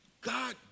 God